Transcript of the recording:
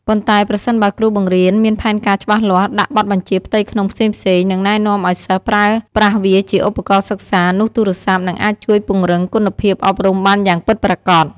ប៉ុន្តែប្រសិនបើគ្រូបង្រៀនមានផែនការច្បាស់លាស់ ដាក់បទបញ្ជាផ្ទៃក្នុងផ្សេងៗ និងណែនាំឲ្យសិស្សប្រើប្រាស់វាជាឧបករណ៍សិក្សានោះទូរស័ព្ទ នឹងអាចជួយពង្រឹងគុណភាពអប់រំបានយ៉ាងពិតប្រាកដ។